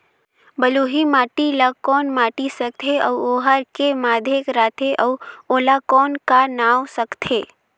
बलुही माटी ला कौन माटी सकथे अउ ओहार के माधेक राथे अउ ओला कौन का नाव सकथे?